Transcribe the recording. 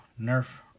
nerf